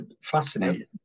Fascinating